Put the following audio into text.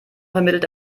vermittelt